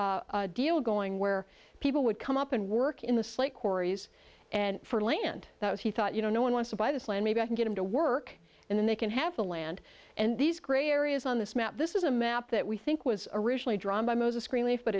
a deal going where people would come up and work in the sleigh quarries and for land that he thought you know no one wants to buy this land maybe i can get him to work and then they can have the land and these gray areas on this map this is a map that we think was originally drawn by